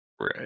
Right